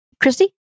Christy